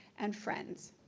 and friends.